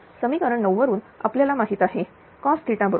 समिकरण 9 वरून आपल्याला माहित आहे cosबरोबर